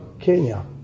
Kenya